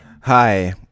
Hi